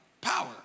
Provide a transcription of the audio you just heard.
power